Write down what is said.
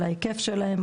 על ההיקף שלהן,